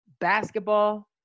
basketball